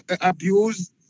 abuse